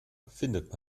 findet